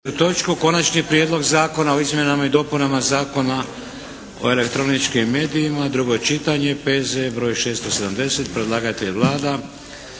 točku - Konačni prijedlog Zakona o izmjenama i dopunama Zakona o elektroničkim medijima, drugo čitanje P.Z.E. br. 670 Predlagatelj je Vlada,